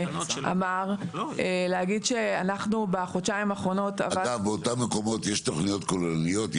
אגב, באותם מקומות יש תוכניות כוללניות?